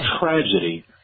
tragedy